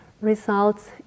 results